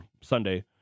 Sunday